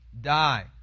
die